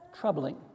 troubling